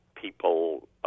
people